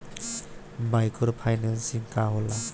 Micro financing का होला?